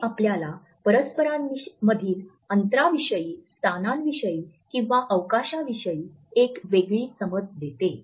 हे आपल्याला परस्परांमधील अंतराविषयी स्थानांविषयी किंवा अवकाशाविषयी एक वेगळी समज देते